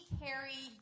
carry